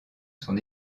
son